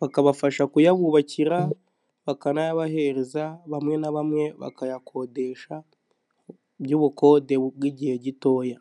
bakabafasha kuyabubakira bakanayabahereza bamwe na bamwe bakayakodesha by'ubukode bw'igihe gitoya .